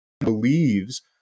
believes